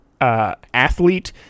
athlete